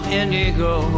indigo